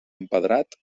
empedrat